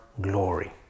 glory